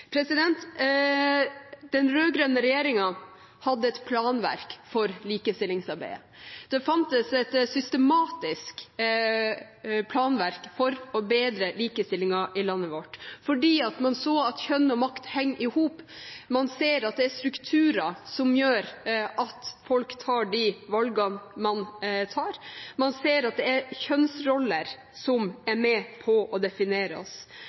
Den rød-grønne regjeringen hadde et planverk for likestillingsarbeidet. Det fantes et systematisk planverk for å bedre likestillingen i landet vårt, fordi man så at kjønn og makt henger i hop. Man ser at det er strukturer som gjør at folk tar de valgene de tar. Man ser at det er kjønnsroller som er med på å definere oss.